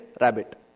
rabbit